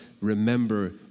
remember